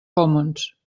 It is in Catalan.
commons